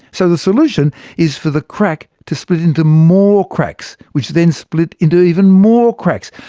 so the solution is for the crack to split into more cracks, which then split into even more cracks.